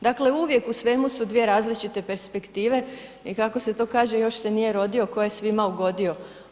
Dakle uvijek u svemu su dvije različite perspektive, i kako se to kaže, još se nije rodio tko je svima ugodio.